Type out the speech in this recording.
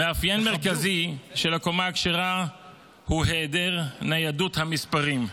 מאפיין מרכזי של הקומה הכשרה הוא היעדר ניידות המספרים,